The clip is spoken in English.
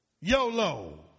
YOLO